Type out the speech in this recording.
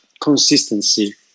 consistency